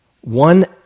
one